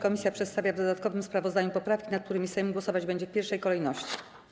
Komisja przedstawia w dodatkowym sprawozdaniu poprawki, nad którymi Sejm głosować będzie w pierwszej kolejności.